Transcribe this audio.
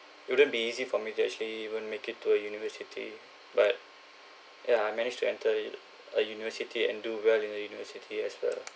it wouldn't be easy for me to actually even make it to a university but ya I managed to enter a university and do well in the university as well